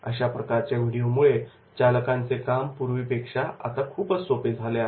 अशा प्रकारच्या व्हिडीओ मुळे चालकांचे काम पूर्वीपेक्षा आता खूपच सोपे झाले आहे